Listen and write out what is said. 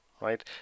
right